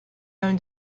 own